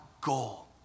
goal